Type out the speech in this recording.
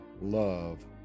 love